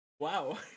Wow